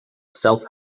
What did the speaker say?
self